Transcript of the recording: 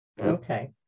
Okay